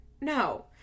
No